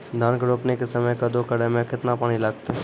धान के रोपणी के समय कदौ करै मे केतना पानी लागतै?